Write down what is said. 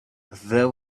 there